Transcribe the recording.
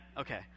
Okay